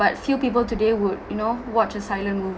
but few people today would you know watch a silent